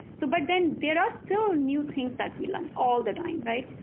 so but then there are still new things that we learn all the time, right?